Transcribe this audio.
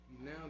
now